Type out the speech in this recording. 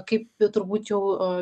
kaip turbūt jau